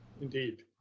Indeed